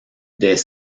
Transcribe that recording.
des